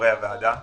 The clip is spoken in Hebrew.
לחברי הוועדה.